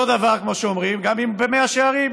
אותו דבר, כמו שאומרים, גם במאה שערים.